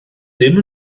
ddim